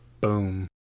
boom